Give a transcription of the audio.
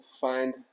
find